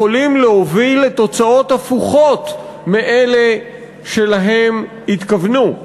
יכולים להוביל לתוצאות הפוכות מאלה שלהן התכוונו.